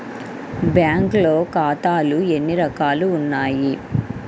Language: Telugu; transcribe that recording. బ్యాంక్లో ఖాతాలు ఎన్ని రకాలు ఉన్నావి?